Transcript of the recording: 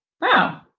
Wow